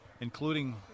including